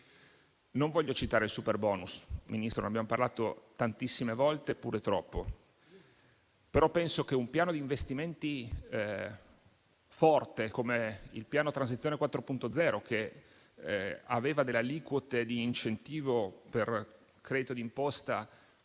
Non voglio citare il superbonus, signor Ministro, ne abbiamo parlato pure troppo. Penso però a un piano di investimenti forte come il Piano transizione 4.0, che aveva aliquote di incentivo per credito d'imposta